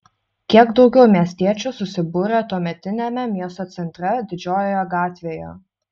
kiek daugiau miestiečių susibūrė tuometiniame miesto centre didžiojoje gatvėje